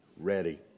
ready